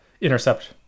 Intercept